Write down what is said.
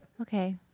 Okay